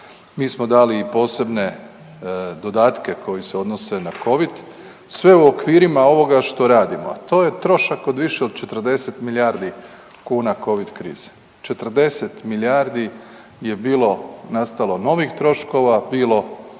Mi smo dali i posebne dodatke koji se odnose na Covid, sve u okvirima ovoga što radimo, a to je trošak od više od 40 milijardi kuna Covid krize. 40 milijardi je bilo nastalo novih troškova bilo